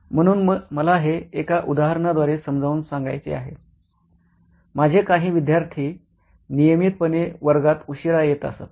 म्हणून मला हे एका उदाहरणाद्वारे समजावून सांगायचं आहे माझे काही विद्यार्थी नियमितपणे वर्गात उशिरा येत असत